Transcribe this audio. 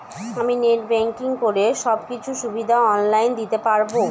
আমি net banking করে সব কিছু সুবিধা অন লাইন দিতে পারবো?